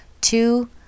two